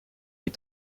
les